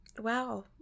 wow